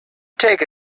take